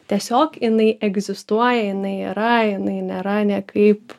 tiesiog jinai egzistuoja jinai yra jinai nėra niekaip